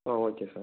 ah okay sir